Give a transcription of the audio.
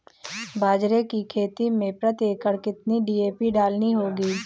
बाजरे की खेती में प्रति एकड़ कितनी डी.ए.पी डालनी होगी?